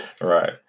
Right